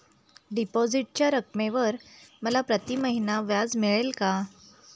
डिपॉझिटच्या रकमेवर मला प्रतिमहिना व्याज मिळेल का?